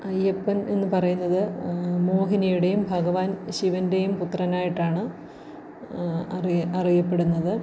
അയ്യപ്പൻ എന്ന് പറയുന്നത് മോഹിനിയുടെയും ഭഗവാൻ ശിവൻ്റെയും പുത്രനായിട്ടാണ് അറിയ അറിയപ്പെടുന്നത്